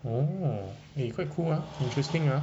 oo eh quite cool ah interesting ah